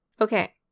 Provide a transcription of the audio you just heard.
Okay